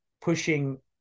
pushing